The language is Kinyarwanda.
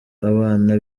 abana